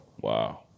Wow